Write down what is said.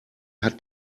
hat